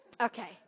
Okay